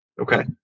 Okay